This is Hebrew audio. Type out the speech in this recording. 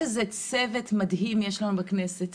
איזה צוות מדהים יש לנו בכנסת.